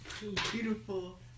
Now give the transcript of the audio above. beautiful